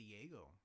Diego